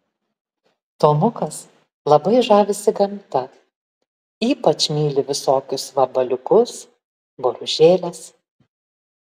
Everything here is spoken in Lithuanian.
tomukas labai žavisi gamta ypač myli visokius vabaliukus boružėles